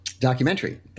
Documentary